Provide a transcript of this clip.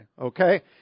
okay